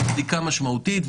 בדיקה משמעותית,